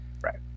right